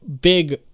big